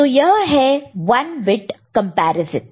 तो यह है 1 बिट कंपैरिजन है